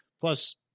Plus